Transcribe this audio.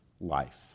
life